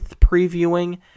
previewing